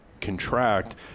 contract